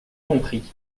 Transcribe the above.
compris